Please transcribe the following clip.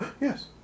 Yes